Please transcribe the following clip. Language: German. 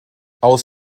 aus